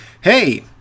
Hey